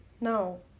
no